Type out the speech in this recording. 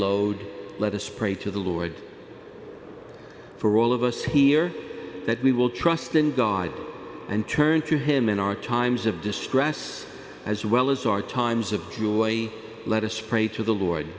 load let us pray to the lord for all of us here that we will trust in god and turn to him in our times of distress as well as our times of two way let us pray to the lord